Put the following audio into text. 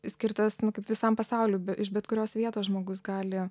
skirtas kaip visam pasauliui be iš bet kurios vietos žmogus gali